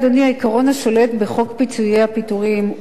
העיקרון השולט בחוק פיצויי פיטורים הוא